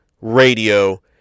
radio